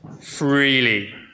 freely